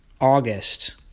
August